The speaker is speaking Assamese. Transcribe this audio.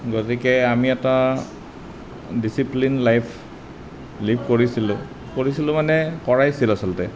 গতিকে আমি এটা ডিচিপ্লিনড লাইফ লিভ কৰিছিলোঁ কৰিছিলোঁ মানে কৰাইছিল আচলতে